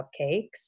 cupcakes